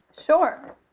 Sure